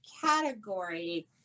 category